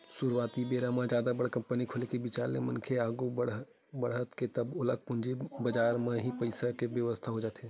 सुरुवाती बेरा जादा बड़ कंपनी खोले के बिचार ले मनखे ह आघू बड़हत हे तब तो ओला पूंजी बजार म ही पइसा के बेवस्था हो जाथे